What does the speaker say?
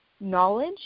knowledge